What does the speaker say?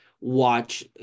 watch